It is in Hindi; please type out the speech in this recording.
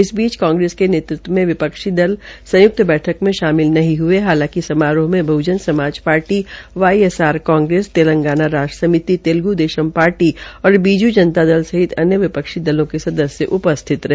इस बीच कांग्रेस के नेतृत्व में विपक्षी दल संय्क्त बैठक में शामिल नहीं हये हालांकि समारोह में Bahujan Samaj Party YSR Congress Telangana Rashtra Samiti Telugu Desam Party और बीजू जनता दल सहित अन्य विपक्षी दलों के सदस्य उपस्थित रहे